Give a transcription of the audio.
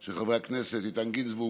של חברי הכנסת איתן גינזבורג,